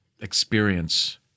experience